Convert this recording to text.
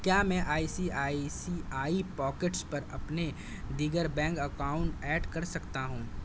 کیا میں I C I C I pockets پر اپنے دیگر بینک اکاؤنٹ ایڈ کر سکتا ہوں